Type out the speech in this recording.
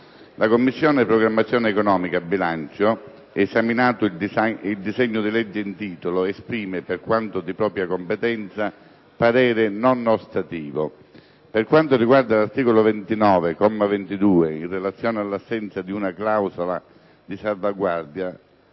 «La Commissione programmazione economica, bilancio, esaminato il disegno di legge in titolo, esprime, per quanto di propria competenza, parere non ostativo. Per quanto riguarda l'articolo 29, comma 22, in relazione all'assenza di una clausola di salvaguardia,